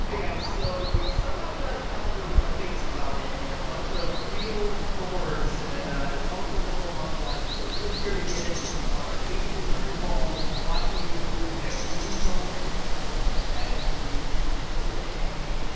ah guys, so we somehow got a calendar with our faces on it in a bunch of real stores and it's also available online, so click here to get it if you want our faces on your wall, watching you every moment of every day.